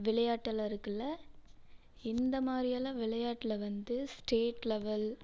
விளையாட்டில் இருக்கில்ல இந்த மாதிரியெல்லாம் விளையாட்டில் வந்து ஸ்டேட் லெவல்